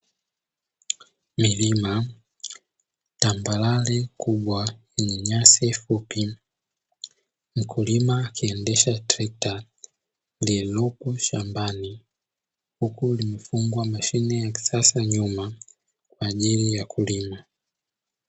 Milima tambare kubwa yenye nyasi fupi, mkulima akiendesha trekta lililopo shambani. Huku limefungwa mashine ya kisasa nyuma kwa ajili ya kulima.